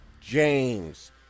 James